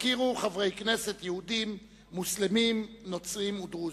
תכירו חברי כנסת יהודים, מוסלמים, נוצרים ודרוזים.